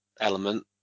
element